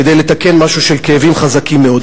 כדי לתקן משהו שגורם כאבים חזקים מאוד.